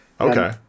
Okay